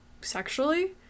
sexually